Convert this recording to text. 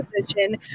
position